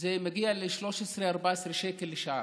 זה מגיע ל-13 או 14 שקל לשעה,